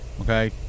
Okay